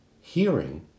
hearing